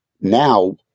Now